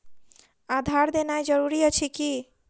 आधार देनाय जरूरी अछि की?